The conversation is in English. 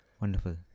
Wonderful